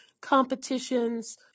competitions